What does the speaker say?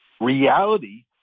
reality